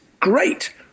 Great